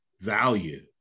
value